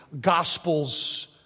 gospel's